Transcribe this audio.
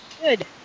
Good